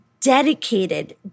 dedicated